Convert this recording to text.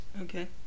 Okay